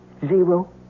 Zero